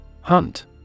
Hunt